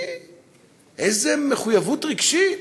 איזו מחויבות רגשית,